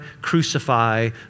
crucify